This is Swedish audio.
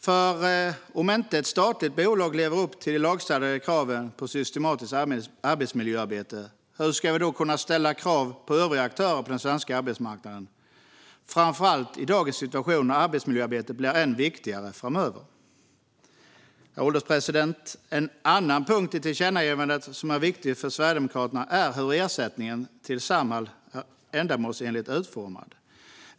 Hur ska vi kunna ställa krav på övriga aktörer på den svenska arbetsmarknaden om inte ett statligt bolag lever upp till de lagstadgade kraven på ett systematiskt arbetsmiljöarbete? Arbetsmiljöarbetet blir ju än viktigare framöver. Herr ålderspresident! En annan punkt i tillkännagivandet som är viktig för Sverigedemokraterna är frågan om huruvida ersättningen till Samhall är ändamålsenligt utformad.